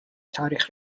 تاریخ